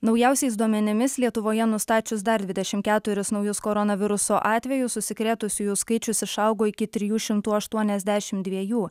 naujausiais duomenimis lietuvoje nustačius dar dvidešimt keturis naujus koronaviruso atvejus užsikrėtusiųjų skaičius išaugo iki trijų šimtų aštuoniasdešimt dviejų